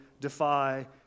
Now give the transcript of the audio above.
defy